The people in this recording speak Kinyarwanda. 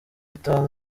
itanu